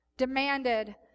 demanded